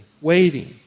waiting